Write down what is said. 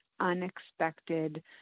unexpected